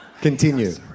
Continue